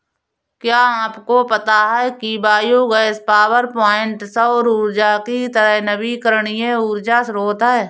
क्या आपको पता है कि बायोगैस पावरप्वाइंट सौर ऊर्जा की तरह ही नवीकरणीय ऊर्जा स्रोत है